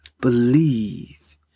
Believe